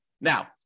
Now